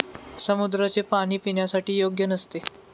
समुद्राचे पाणी पिण्यासाठी योग्य नसते